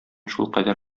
шулкадәр